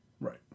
right